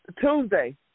Tuesday